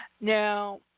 Now